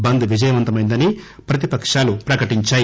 బంద్ విజయవంతమయిందని ప్రతిపకాలు ప్రకటించాయి